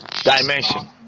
dimension